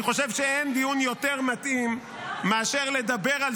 אני חושב שאין דיון יותר מתאים לדבר על